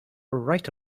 right